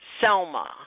Selma